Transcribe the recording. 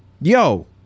Yo